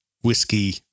whiskey